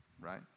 Right